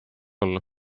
olla